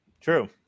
True